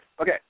okay